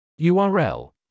url